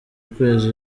ukwezi